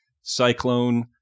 cyclone